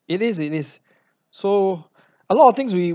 it is it is so a lot of things we